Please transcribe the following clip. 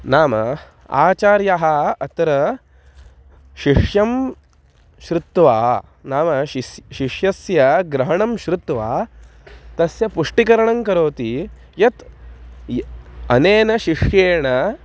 नाम आचार्यः अत्र शिष्यं श्रुत्वा नाम शिस् शिष्यस्य ग्रहणं श्रुत्वा तस्य पुष्टिकरणं करोति यत् य् अनेन शिष्येन